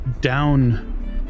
down